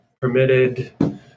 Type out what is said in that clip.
permitted